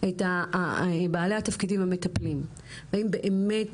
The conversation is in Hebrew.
את בעלי התפקידים המטפלים והאם באמת